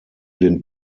den